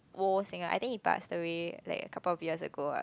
old singer I think he passed away like couple years of ago ah